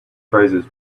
phrases